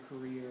career